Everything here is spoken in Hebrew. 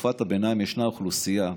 בתקופת הביניים יש אוכלוסייה,